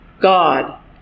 God